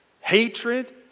hatred